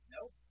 Nope